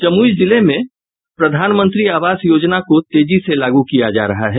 जमुई जिले में प्रधानमंत्री आवास योजना को तेजी से लागू किया जा रहा है